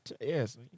yes